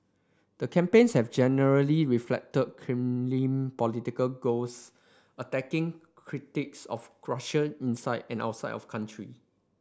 the campaigns have generally reflected Kremlin political goals attacking critics of Russia inside and outside of country